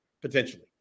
potentially